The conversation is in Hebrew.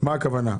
למשטרתי ישראל